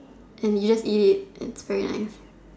and you just eat it it's very nice